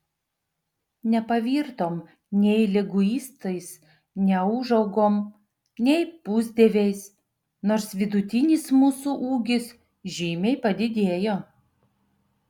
nepavirtom nei liguistais neūžaugom nei pusdieviais nors vidutinis mūsų ūgis žymiai padidėjo